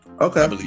Okay